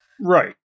right